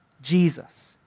Jesus